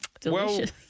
Delicious